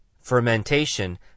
Fermentation